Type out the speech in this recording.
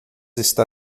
está